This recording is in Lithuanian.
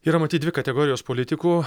yra matyt dvi kategorijos politikų